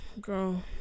Girl